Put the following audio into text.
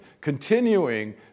continuing